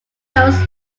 coast